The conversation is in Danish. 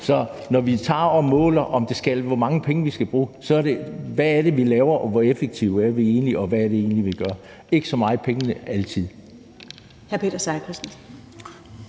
Så når vi måler, hvor mange penge vi skal bruge, går det på, hvad det er, vi laver, og hvor effektive vi egentlig er, og hvad det egentlig er, vi gør – ikke altid så meget på pengene. Kl.